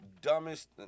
dumbest